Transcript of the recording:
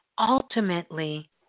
ultimately